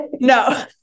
No